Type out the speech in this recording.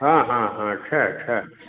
हाँ हाँ हाँ अच्छे अच्छे